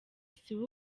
siwe